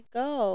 go